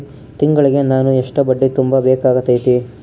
ತಿಂಗಳಿಗೆ ನಾನು ಎಷ್ಟ ಬಡ್ಡಿ ತುಂಬಾ ಬೇಕಾಗತೈತಿ?